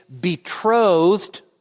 betrothed